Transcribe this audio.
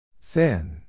Thin